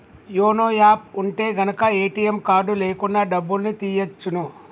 YONO app ఉంటె గనక ATM card లేకున్నా డబ్బుల్ని తియ్యచ్చును